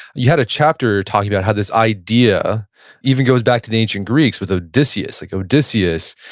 you had a chapter talking about how this idea even goes back to the ancient greeks with odysseus. like odysseus,